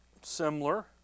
similar